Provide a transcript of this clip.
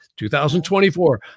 2024